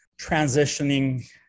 transitioning